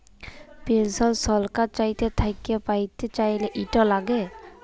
পেলসল ছরকার থ্যাইকে প্যাইতে চাইলে, ইট ল্যাগে